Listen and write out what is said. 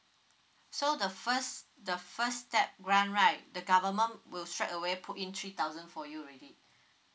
so the first the first step grant right the government will straight away put in three thousand for you already